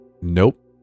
Nope